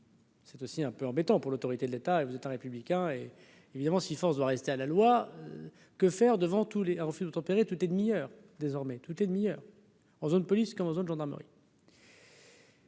C'est aussi un peu embêtant pour l'autorité de l'État et vous êtes un républicain et évidemment si force doit rester à la loi, que faire devant tous les refus de tempérer tout et demi heure désormais toutes les demi-heures en zone police comme en zone gendarmerie.